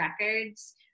Records